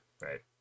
right